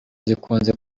zikunze